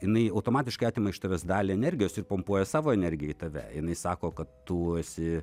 jinai automatiškai atima iš tavęs dalį energijos ir pumpuoja savo energiją į tave jinai sako kad tu esi